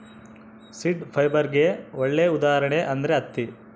seed ಫೈಬರ್ಗೆ ಒಳ್ಳೆ ಉದಾಹರಣೆ ಅಂದ್ರೆ ಹತ್ತಿ